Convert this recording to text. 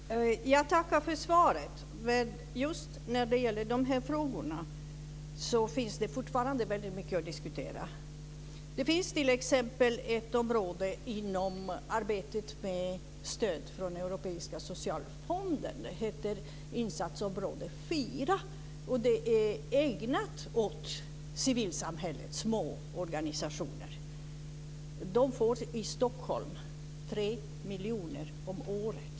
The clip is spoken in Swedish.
Fru talman! Jag tackar för svaret. Men just när det gäller de här frågorna finns det fortfarande väldigt mycket att diskutera. Vi har t.ex. ett område, insatsområde 4, inom arbetet med stöd från Europeiska socialfonden, som är ägnat åt civilsamhället och små organisationer. I Stockholm får man 3 miljoner om året.